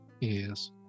Yes